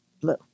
blue